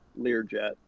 Learjet